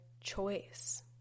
choice